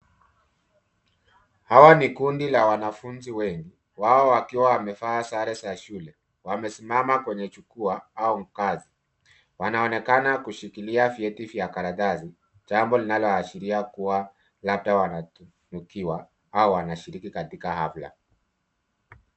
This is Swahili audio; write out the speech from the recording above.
Hawa ni kundi la wanafunzi wengi, wao wakiwa wamevaa sare za shule. Wamesimama kwenye jukwaa au ngazi. Wanaonekana kushikilia vyeti vya karatasi, jamabo linaloashira kua labda wanatunukiwa au wanashiriki katika afla.